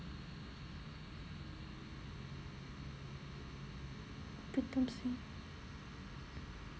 pritam singh